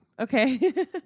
Okay